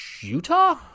Utah